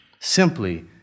Simply